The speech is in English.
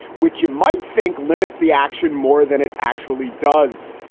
which you might think limits the action more than it actually does.